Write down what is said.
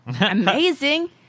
amazing